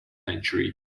century